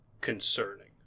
concerning